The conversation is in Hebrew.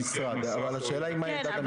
אבל השאלה היא מה עמדת המשרד?